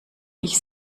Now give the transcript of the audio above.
ich